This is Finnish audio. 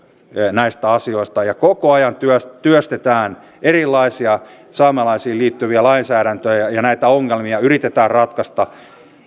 näistä asioista ja koko ajan työstetään erilaisia saamelaisiin liittyviä lainsäädäntöjä ja ja näitä ongelmia yritetään ratkaista